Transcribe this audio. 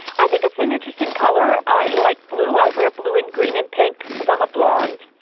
i think it's an interesting color. i like blue. i wear blue and green and pink because i'm a blonde.